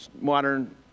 Modern